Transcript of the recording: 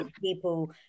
people